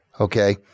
Okay